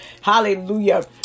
Hallelujah